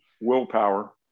willpower